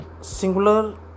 singular